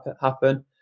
happen